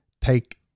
take